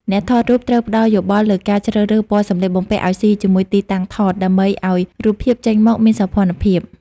អ្នកថតរូបត្រូវផ្ដល់យោបល់លើការជ្រើសរើសពណ៌សម្លៀកបំពាក់ឱ្យស៊ីជាមួយទីតាំងថត ដើម្បីឱ្យរូបភាពចេញមកមានសោភ័ណភាព។